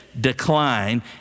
decline